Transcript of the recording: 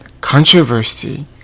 Controversy